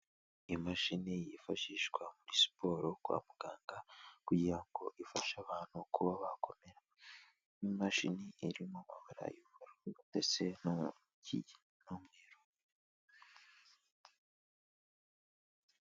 Imashini yifashishwa muri siporo kwa muganga kugira ngo ifashe abantu kuba bakomera nk'imashini irimo abara y'ubururu ndetse n'ikigina n'umweru.